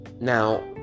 Now